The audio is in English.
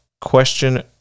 Question